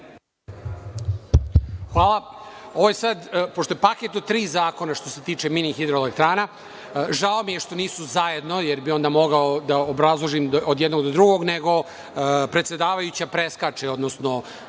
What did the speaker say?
Hvala. Pošto je ovo paket od tri zakona što se tiče mini hidroelektrana, žao mi je što nisu zajedno, jer bi onda mogao da obrazložim od jednog do drugog, nego predsedavajuća preskače, odnosno